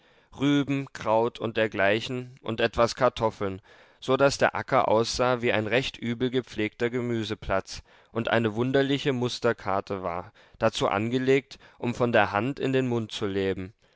rüben kraut und dergleichen und etwas kartoffeln so daß der acker aussah wie ein recht übel gepflegter gemüseplatz und eine wunderliche musterkarte war dazu angelegt um von der hand in den mund zu leben